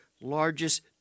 largest